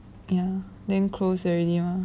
ya then close already mah